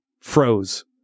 froze